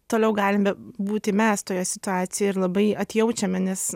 toliau galime būti mes toje situacijoj ir labai atjaučiame nes